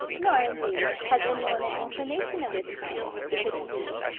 nor indeed, has any one an inclination of this kind because she,